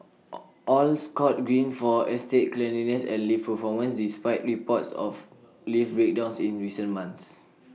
all all scored green for estate cleanliness and lift performance despite reports of lift breakdowns in recent months